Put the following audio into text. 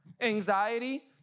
anxiety